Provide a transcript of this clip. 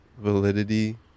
validity